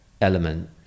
element